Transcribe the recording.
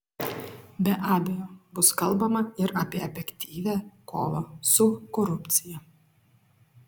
be abejo bus kalbama ir apie efektyvią kovą su korupcija